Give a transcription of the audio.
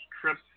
trip